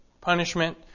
punishment